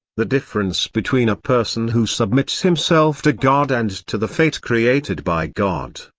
the difference between a person who submits himself to god and to the fate created by god,